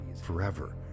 forever